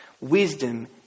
Wisdom